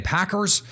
Packers